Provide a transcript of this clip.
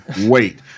wait